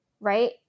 Right